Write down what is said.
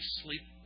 sleep